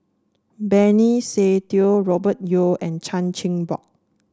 Benny Se Teo Robert Yeo and Chan Chin Bock